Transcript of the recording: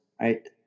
right